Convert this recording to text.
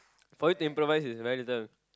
for you to improvise is very little